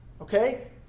Okay